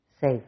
safe